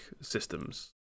systems